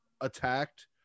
attacked